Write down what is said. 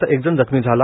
तर एक जण जखमी झाला